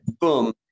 Boom